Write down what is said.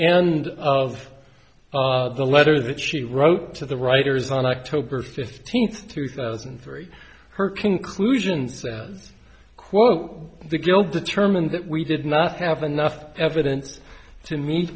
end of the letter that she wrote to the writers on october fifteenth two thousand and three her conclusion said quote the guilt determined that we did not have enough evidence to me